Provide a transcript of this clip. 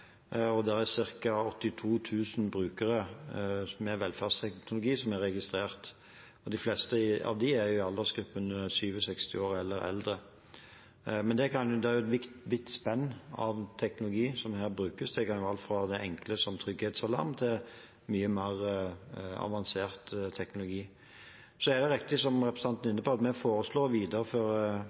aldersgruppen 67 år eller eldre. Det er et vidt spenn av teknologi som brukes. Det kan være alt fra det enkle, som trygghetsalarm, til mye mer avansert teknologi. Det er riktig, som representanten Toppe er inne på, at vi foreslår å videreføre